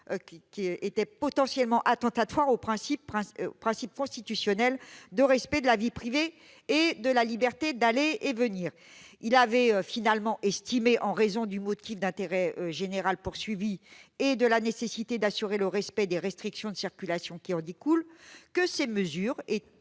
susceptible d'attenter aux principes constitutionnels de respect de la vie privée et de liberté d'aller et venir. Il avait finalement estimé, en raison du motif d'intérêt général recherché et de la nécessité de faire respecter les restrictions de circulation qui en découle, que ces mesures étaient